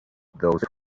those